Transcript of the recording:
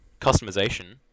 customization